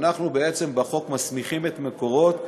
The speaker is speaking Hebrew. אנחנו בחוק מסמיכים את "מקורות"